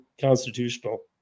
constitutional